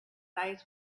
eyes